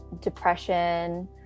depression